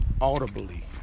audibly